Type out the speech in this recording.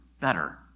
better